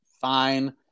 fine